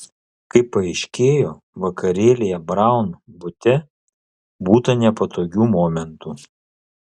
kaip paaiškėjo vakarėlyje braun bute būta nepatogių momentų